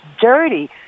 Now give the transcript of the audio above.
dirty